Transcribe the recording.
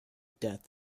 death